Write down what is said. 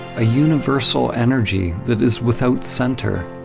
a universal energy that is without center,